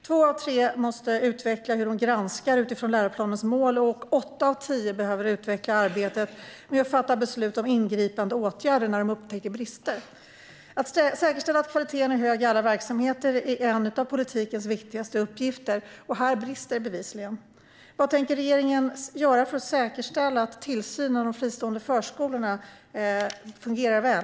Två av tre måste utveckla hur de granskar utifrån läroplanens mål och åtta av tio behöver utveckla arbetet med att fatta beslut om ingripande åtgärder när de upptäcker brister. Att säkerställa att kvaliteten är hög i alla verksamheter är en av politikens viktigaste uppgifter, och här brister det bevisligen. Vad tänker regeringen göra för att säkerställa att tillsynen över de fristående förskolorna fungerar väl?